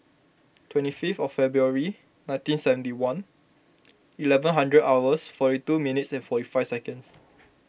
twenty fifth of February nineteen seventy one eleven hundred hours forty two minutes and forty five seconds